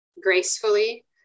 gracefully